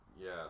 Yes